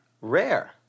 Rare